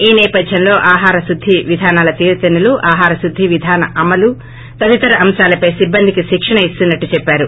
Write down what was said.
ఈ సేపధ్యంలో ఆహార శుద్ది విధానల తీరుతెన్నులు ఆహార శుద్ది విధాన అమలు తదితర అంశాలపై సిబ్బందికి శిక్షణ ఇస్తున్నట్లు చెప్పారు